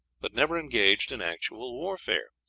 but never engaged in actual warfare